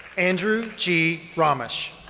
andrew g. ramish.